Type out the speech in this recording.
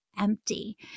empty